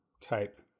type